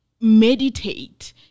meditate